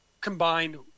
combined